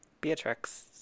Beatrix